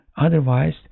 Otherwise